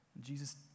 Jesus